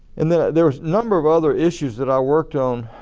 and there there were a number of other issues that i worked on,